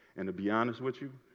and to be honest with you,